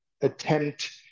attempt